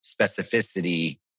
specificity